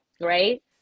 right